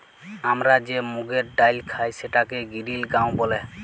আমরা যে মুগের ডাইল খাই সেটাকে গিরিল গাঁও ব্যলে